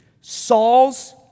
Saul's